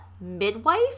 midwife